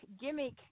gimmick